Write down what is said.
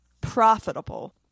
profitable